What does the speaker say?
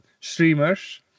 streamers